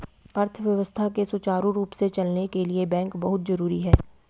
अर्थव्यवस्था के सुचारु रूप से चलने के लिए बैंक बहुत जरुरी हैं